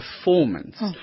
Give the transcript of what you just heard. performance